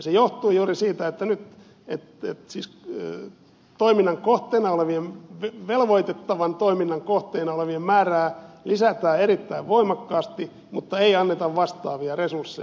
se johtuu juuri siitä että nyt siis kun on toiminnan kohteena olevien velvoittavan toiminnan kohteena olevien määrää lisätään erittäin voimakkaasti mutta ei anneta vastaavia resursseja